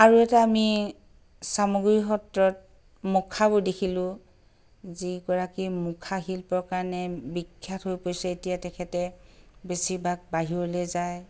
আৰু এটা আমি চামগুৰি সত্ৰত মুখাবোৰ দেখিলোঁ যিগৰাকী মুখা শিল্পৰ কাৰণে বিখ্যাত হৈ পৰিছে এতিয়া তেখেতে বেছিভাগ বাহিৰলৈ যায়